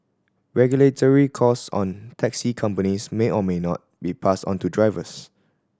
regulatory costs on taxi companies may or may not be passed onto drivers